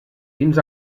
fins